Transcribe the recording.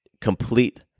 complete